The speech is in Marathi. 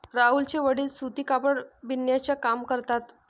राहुलचे वडील सूती कापड बिनण्याचा काम करतात